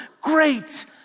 great